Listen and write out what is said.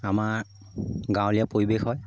আমাৰ গাঁৱলীয়া পৰিৱেশ হয়